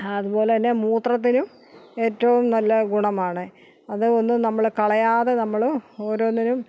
അതുപോലെതന്നെ മൂത്രത്തിനും ഏറ്റവും നല്ല ഗുണമാണ് അത് ഒന്നും നമ്മള് കളയാതെ നമ്മള് ഓരോന്നിനും